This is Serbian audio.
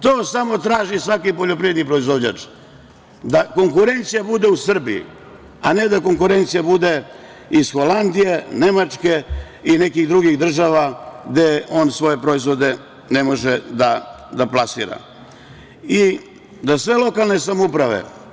To samo traži svaki poljoprivredni proizvođač, da konkurencija bude u Srbiji, a ne da konkurencija bude iz Holandije, Nemačke i nekih drugih država gde on svoje proizvode ne može da plasira i da sve lokalne samouprave pomognu poljoprivrednom proizvođaču.